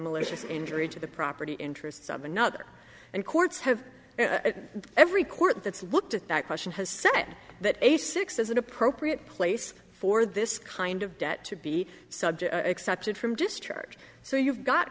malicious injury to the property interests of another and courts have every court that's looked at that question has said that a six is an appropriate place for this kind of debt to be subject excepted from discharge so you've got